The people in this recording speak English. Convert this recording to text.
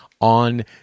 on